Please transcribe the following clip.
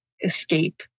escape